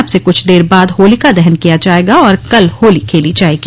अब से कुछ देर बाद होलिका दहन किया जायेगा और कल होली खेली जायेगी